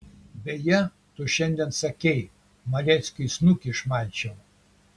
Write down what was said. beje tu šiandien sakei maleckiui snukį išmalčiau